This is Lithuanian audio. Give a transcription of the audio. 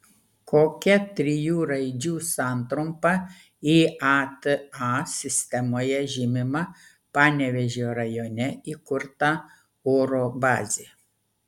kokia trijų raidžių santrumpa iata sistemoje žymima panevėžio rajone įkurta oro bazė